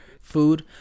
food